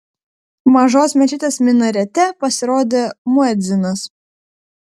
mažos mečetės minarete pasirodė muedzinas